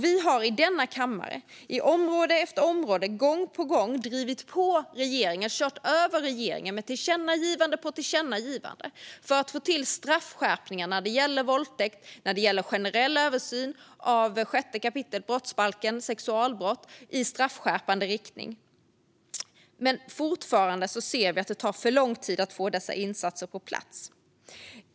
Vi har i denna kammare på område efter område gång på gång drivit på regeringen och kört över regeringen med tillkännagivanden för att få till straffskärpningar när det gäller våldtäkt och en generell översyn av sexualbrott i 6 kap. brottsbalken i straffskärpande riktning. Men fortfarande ser vi att det tar för lång tid att få dessa insatser på plats.